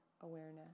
awareness